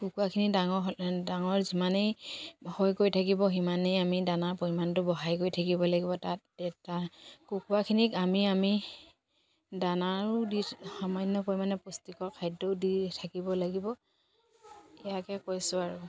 কুকুৰাখিনি ডাঙৰ ডাঙৰ যিমানেই হৈ গৈ থাকিব সিমানেই আমি দানাৰ পৰিমাণটো বঢ়াই গৈ থাকিব লাগিব তাত কুকুৰাখিনিক আমি আমি দানাও দি সামান্য পৰিমাণে পুষ্টিকৰ খাদ্যও দি থাকিব লাগিব ইয়াকে কৈছোঁ আৰু